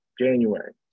January